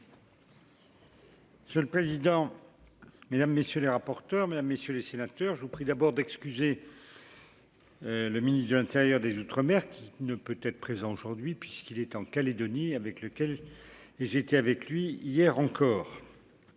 Je le président, mesdames, messieurs les rapporteurs, mesdames, messieurs les sénateurs, je vous prie d'abord d'excuser. Le ministre de l'Intérieur des outre-mer qui ne peut être présent aujourd'hui puisqu'il est en Calédonie avec lequel ils étaient avec lui hier encore